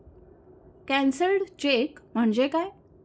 Cancelled cheque म्हणजे काय?